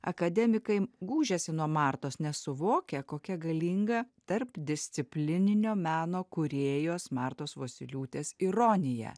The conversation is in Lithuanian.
akademikai gūžėsi nuo martos nes suvokia kokia galinga tarpdisciplininio meno kūrėjos martos vosyliūtės ironija